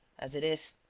as it is,